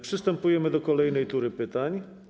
Przystępujemy do kolejnej tury pytań.